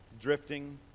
drifting